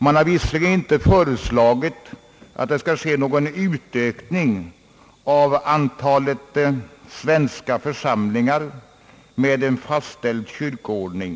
Man har visserligen inte föreslagit någon ökning av antalet svenska församlingar med fastställd kyrkoordning.